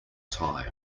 time